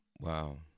Wow